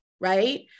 right